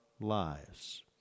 lives